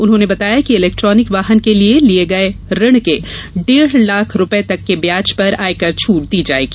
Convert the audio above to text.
उन्होंने बताया कि इलेक्टानिक वाहन के लिए लिये गये ऋण के डेढ लाख रूपर्ये तक के ब्याज पर आयकर छट दी जाएगी